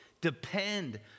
depend